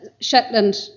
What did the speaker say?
Shetland